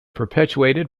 perpetuated